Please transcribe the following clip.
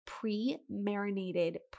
pre-marinated